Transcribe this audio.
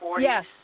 Yes